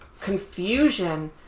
confusion